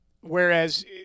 Whereas –